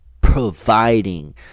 providing